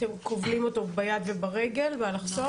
אתם כובלים אותו ביד וברגל באלכסון?